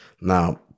Now